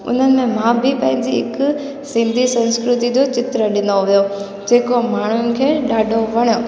उन्हनि में मां बि पंहिंजी हिकु सिंधी संस्कृति जो चित्र ॾिनो हुओ जेको माण्हुनि खे ॾाढो वणियो